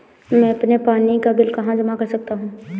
मैं अपने पानी का बिल कहाँ जमा कर सकता हूँ?